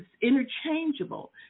interchangeable